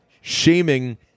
shaming